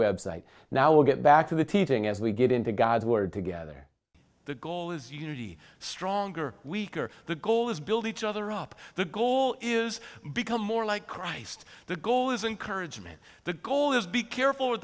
website now we get back to the teaching as we get into god's word together the goal is unity stronger weaker the goal is build each other up the goal is become more like christ the goal is encourage me the goal is be careful with